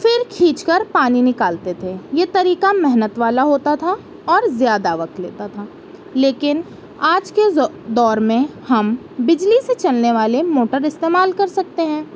پھر کھینچ کر پانی نکالتے تھے یہ طریقہ محنت والا ہوتا تھا اور زیادہ وقت لیتا تھا لیکن آج کے دور میں ہم بجلی سے چلنے والے موٹر استعمال کر سکتے ہیں